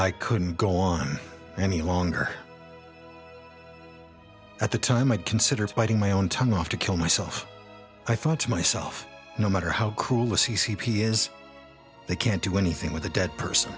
i couldn't go on any longer at the time i considered biting my own tongue off to kill myself i thought to myself no matter how cool the c c p is they can't do anything with a dead person